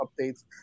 updates